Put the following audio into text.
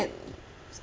and